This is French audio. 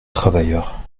travailleurs